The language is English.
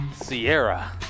Sierra